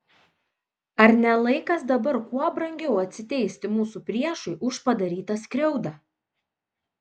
ar ne laikas dabar kuo brangiau atsiteisti mūsų priešui už padarytą skriaudą